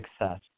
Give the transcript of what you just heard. success